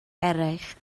eraill